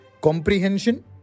Comprehension